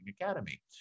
Academy